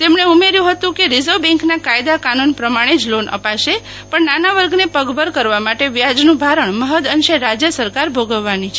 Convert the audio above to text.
તેમને ઉમેર્યું હતું કે રિજર્વ બેન્કના કાયદા કાનૂન પ્રમાણે જ લોન અપાશે પણ નાના વર્ગને પગભર કરવા માટે વ્યાજનું ભારણ મહૃદ અંશે રાજ્ય સરકાર ભોગવવાની છે